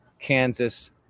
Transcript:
Kansas